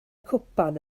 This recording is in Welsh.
cwpan